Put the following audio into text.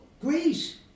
great